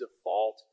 default